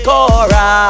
Cora